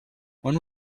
when